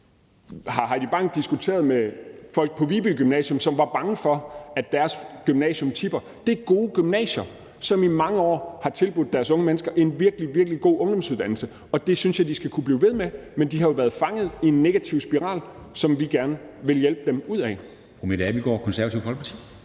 Har fru Heidi Bank diskuteret med folk på Viby Gymnasium, som var bange for, at deres gymnasium tippede? Det er gode gymnasier, som i mange år har tilbudt deres unge mennesker en virkelig, virkelig god ungdomsuddannelse, og det synes jeg de skal kunne blive ved med. Men de har jo været fanget i en negativ spiral, som vi gerne vil hjælpe dem ud af.